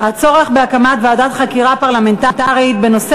הצורך בהקמת ועדת חקירה פרלמנטרית בנושא